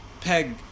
Peg